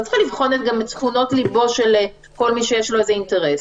אני לא צריכה לבחון גם את צפונות ליבו של כל מי שיש לו איזה אינטרס,